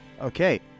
Okay